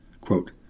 quote